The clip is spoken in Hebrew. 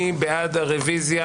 מי בעד?